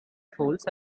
folds